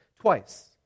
twice